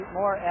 more